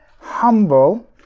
humble